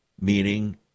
meaning